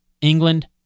England